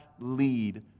lead